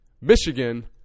Michigan